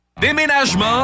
Déménagement